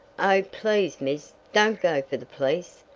oh please, miss, don't go for the police,